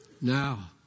Now